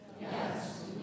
Yes